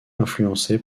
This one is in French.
influencé